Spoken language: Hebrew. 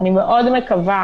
אני מאוד מקווה